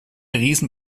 riesen